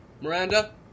Miranda